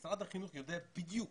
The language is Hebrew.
משרד החינוך יודע בדיוק